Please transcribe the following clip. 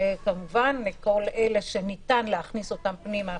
וכמובן כל אלה שניתן להכניס פנימה,